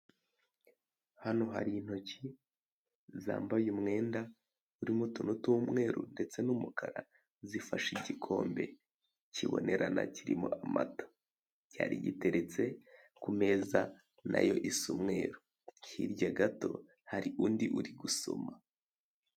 Hano hari intoki zambaye umwenda, urimo utuntu tw'umweru ndetse n'umukara zifashe igikombe kibonerana kirimo amata, cyari giteretse ku meza n'ayo isa umweru. Hirya gato hari undi uri gusoma.